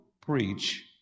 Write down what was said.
preach